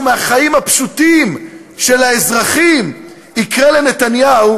מהחיים הפשוטים של האזרחים יקרה לנתניהו,